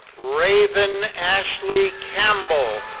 raven ashley campbell.